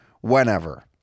whenever